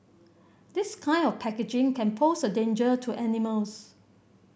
this kind of packaging can pose a danger to animals